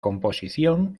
composición